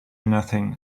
nothing